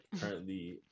currently